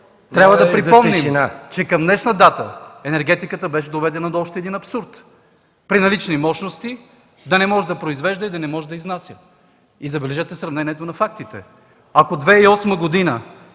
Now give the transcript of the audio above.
Трябва да припомним, че към днешна дата енергетиката беше доведена до абсурд – при налични мощности да не може да произвежда и да не може да изнася. Забележете сравнението на фактите – ако през 2008